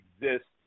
exists